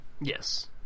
Yes